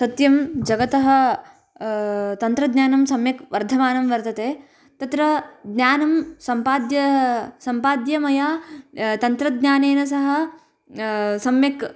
सत्यं जगतः तन्त्रज्ञानं सम्यक् वर्धनं वर्तते तत्र ज्ञानं सम्पाद्य सम्पाद्य मया तन्त्रज्ञानेन सह सम्यक्